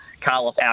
Carlos